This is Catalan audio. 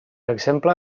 exemple